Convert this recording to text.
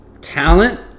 talent